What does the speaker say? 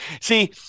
See